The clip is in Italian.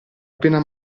appena